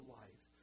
life